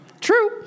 True